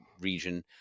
region